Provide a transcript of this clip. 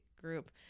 group